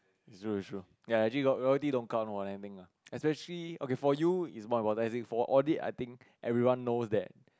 it sure it sure ya actually audit don't count more anything lah especially okay for you is more advertising for audit I think everyone know that